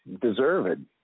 deserved